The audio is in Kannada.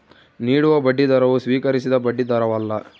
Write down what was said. ನೀಡುವ ಬಡ್ಡಿದರವು ಸ್ವೀಕರಿಸಿದ ಬಡ್ಡಿದರವಲ್ಲ